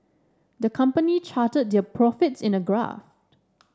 the company charted their profits in a graph